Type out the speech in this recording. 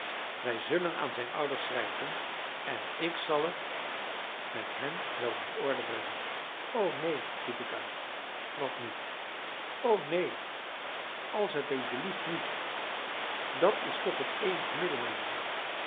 wij zullen aan zijn ouders schrijven en ik zal het met hen wel in orde brengen o neen riep ik uit wat niet o neen als het u belieft niet dat is toch het eenige middel mijn jongen